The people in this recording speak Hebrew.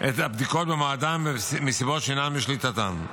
את הבדיקות במועדן מסיבות שאינן בשליטתם.